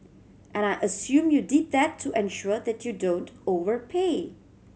and I assume you did that to ensure that you don't overpay